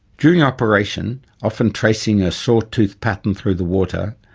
during operation, often tracing a saw-tooth pattern through the water,